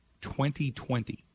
2020